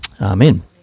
amen